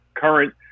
current